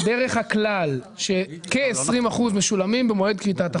דרך הכלל שכ-20% משולמים במועד כריתת החוזה.